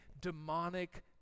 demonic